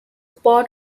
part